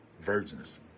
virgins